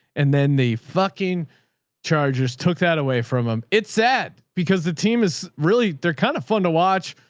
and then the fucking chargers took that away from him. it's sad because the team is really, they're kind of fun to watch.